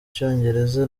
icyongereza